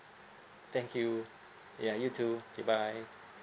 thank you ya you too okay bye